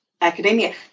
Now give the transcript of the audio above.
academia